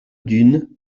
dune